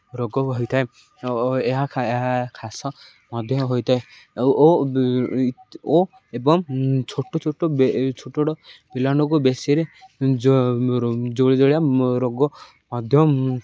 ରୋଗ ହୋଇଥାଏ ଓ ଏହା ଏହା କାଶ ମଧ୍ୟ ହୋଇଥାଏ ଓ ଓ ଓ ଏବଂ ଛୋଟ ଛୋଟ ଛୋଟ ଛୋଟ ପିଲାମାନଙ୍କୁ ବେଶୀରେ ଜୋଳଜୋଳିଆ ରୋଗ ମଧ୍ୟ